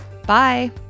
Bye